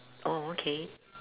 oh okay